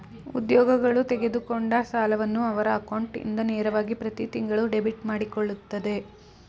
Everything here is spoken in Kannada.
ಉದ್ಯೋಗಗಳು ತೆಗೆದುಕೊಂಡ ಸಾಲವನ್ನು ಅವರ ಅಕೌಂಟ್ ಇಂದ ನೇರವಾಗಿ ಪ್ರತಿತಿಂಗಳು ಡೆಬಿಟ್ ಮಾಡಕೊಳ್ಳುತ್ತರೆ